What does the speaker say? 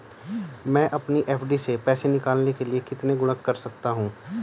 मैं अपनी एफ.डी से पैसे निकालने के लिए कितने गुणक कर सकता हूँ?